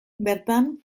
bertan